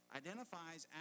identifies